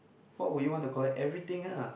what would you want to collect everything uh